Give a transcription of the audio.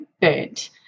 burnt